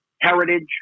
heritage